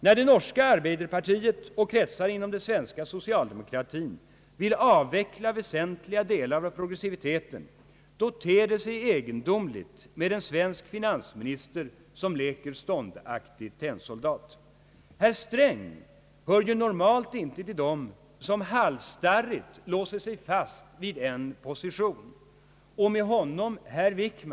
När det norska arbeiderpartiet och kretsar inom den svenska socialdemokratin vill avveckla väsentliga delar av progressiviteten ter det sig egendomligt med en svensk finansminister som leker ståndaktig tennsoldat. Herr Sträng hör nu normalt inte till dem som halsstarrigt låser sig fast i en position.